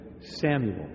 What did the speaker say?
Samuel